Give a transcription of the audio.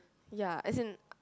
ya as in